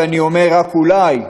ואני אומר רק אולי,